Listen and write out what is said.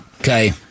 Okay